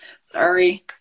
sorry